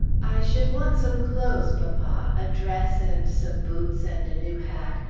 i should want some clothes, papa a dress, and some boots, and a new hat,